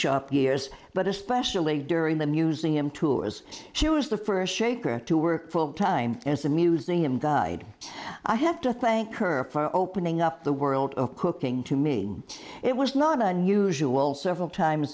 shop years but especially during the museum tool as she was the first shaker to work full time as a museum guide i have to thank her for opening up the world of cooking to me it was not unusual several times